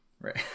right